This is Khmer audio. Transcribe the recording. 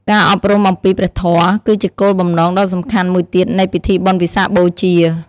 ការអប់រំអំពីព្រះធម៌ គឺជាគោលបំណងដ៏សំខាន់មួយទៀតនៃពិធីបុណ្យវិសាខបូជា។